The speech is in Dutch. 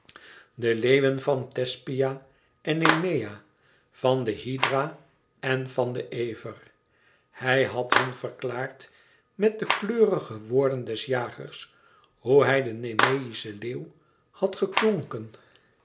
de leeuwen van thespiæ en nemea van de hydra en van den ever hij had hun verklaard met de kleurige woorden des jagers hoe hij den nemeïschen leeuw had geklonken